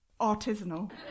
artisanal